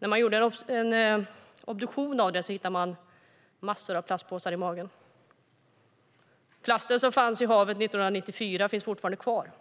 När man gjorde en obduktion hittade man massor av plastpåsar i magen. Den plast som fanns i havet 1994 finns fortfarande kvar, men